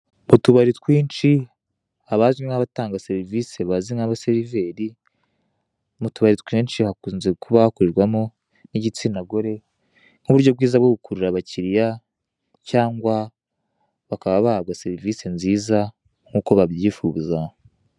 Utubari twinshi abazwi nk'abatanga serivisi bazwi nk'abaseriveri, mutubari twinshi hakunze kuba hakorwamo n'igitsinagore, nk'uburyo bwiza bwo gukurura abakiliya cyangwa bakaba bahabwa serivise nziza nkuko babyifuza.